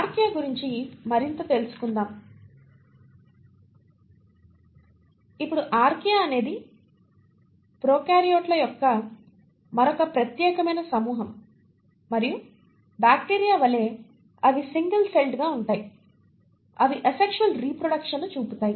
archaea గురించి మరింత తెలుసుకుందాం ఇప్పుడు ఆర్కియా అనేది ప్రొకార్యోట్ల యొక్క మరొక ప్రత్యేకమైన సమూహం మరియు బాక్టీరియా వలె అవి సింగల్ సెల్డ్ గా ఉంటాయి అవి అసెక్షువల్ రీప్రొడక్షన్ ని చూపుతాయి